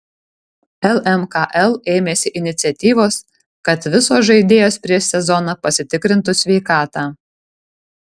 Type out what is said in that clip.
lmkl ėmėsi iniciatyvos kad visos žaidėjos prieš sezoną pasitikrintų sveikatą